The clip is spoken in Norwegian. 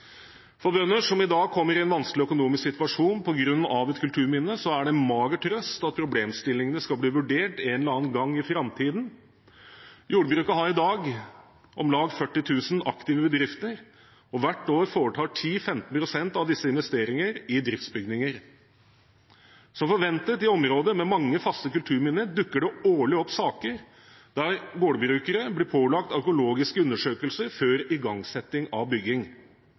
For bønder som i dag kommer i en vanskelig økonomisk situasjon på grunn av et kulturminne, er det en mager trøst at problemstillingene skal bli vurdert en eller annen gang i framtiden. Jordbruket har i dag om lag 40 000 aktive bedrifter, og hvert år foretar 10–15 pst. av disse investeringer i driftsbygninger. Som forventet i områder med mange faste kulturminner, dukker det årlig opp saker der gårdbrukere blir pålagt økologiske undersøkelser før igangsetting av bygging.